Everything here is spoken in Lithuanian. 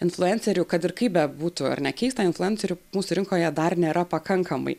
influencerių kad ir kaip bebūtų ar ne keista influencerių mūsų rinkoje dar nėra pakankamai